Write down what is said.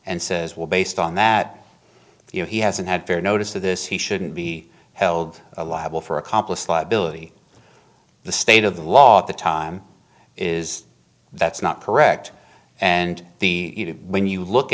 and says well based on that you know he hasn't had fair notice of this he shouldn't be held liable for accomplice liability the state of the law at the time is that's not correct and the when you look